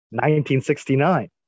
1969